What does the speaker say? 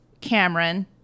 Cameron